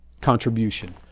contribution